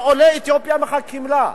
שעולי אתיופיה מחכים לה.